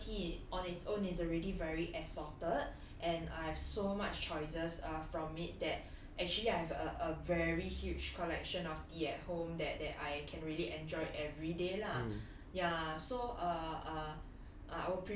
I think oriental tea on its own is already very assorted and I have so much choices uh from it that actually I have a very huge collection of tea at home that that I can really enjoy everyday lah yah so err err